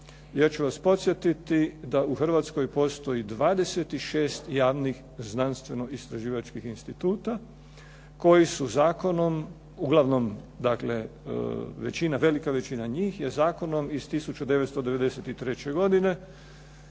Ja ću vas podsjetiti da u Hrvatskoj postoji 26 javnih znanstveno-istraživačkih instituta koji su zakonom, uglavnom dakle velika većina njih je zakonom iz 1993. godine